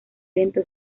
lento